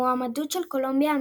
המועמדות של קולומביה,